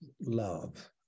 love